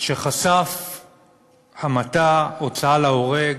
שחשף המתה, הוצאה להורג,